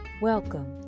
Welcome